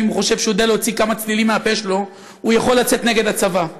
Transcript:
שחושב שאם הוא יודע להוציא כמה צלילים מהפה שלו הוא יכול לצאת נגד הצבא,